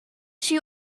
she